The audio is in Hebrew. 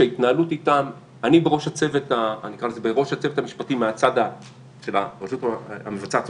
אני בראש הצוות המשפטי מהצד של הרשות המבצעת,